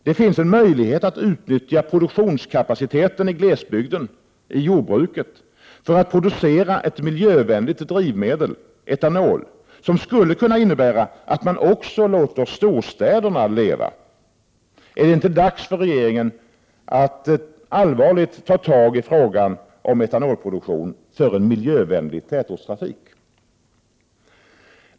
Det finns en möjlighet att utnyttja produktionskapaciteten i glesbygden, i jordbruket, för att producera ett miljövänligt drivmedel — etanol — som skulle kunna innebära att man också låter storstäderna leva! Är det inte dags för regeringen att allvarligt ta tag i frågan om etanolproduktion för en miljövänlig tätortstrafik?